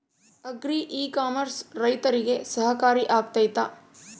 Agri e commerce ರೈತರಿಗೆ ಸಹಕಾರಿ ಆಗ್ತೈತಾ?